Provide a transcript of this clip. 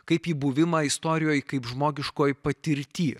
kaip į buvimą istorijoj kaip žmogiškoj patirty